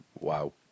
Wow